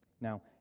Now